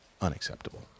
unacceptable